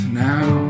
now